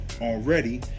already